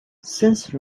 since